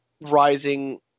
rising